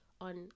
on